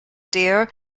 dear